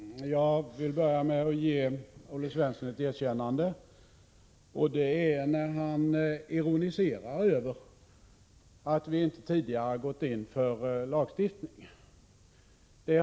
Herr talman! Jag vill börja med att ge Olle Svensson ett erkännande, när han ironiserar Över att vi inte tidigare har gått in för lagstiftning.